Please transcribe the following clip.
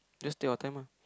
just take your time ah